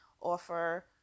offer